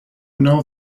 know